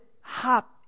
hop